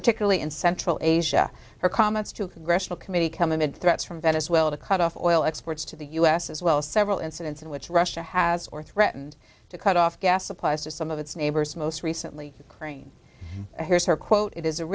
particularly in central asia her comments to congressional committee come amid threats from venezuela to cut off oil exports to the u s as well several incidents in which russia has or threatened to cut off gas supplies to some of its neighbors most recently brain here's her quote it is a